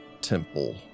temple